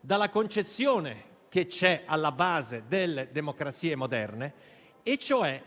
dalla concezione alla base delle democrazie moderne, cioè